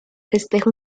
festejo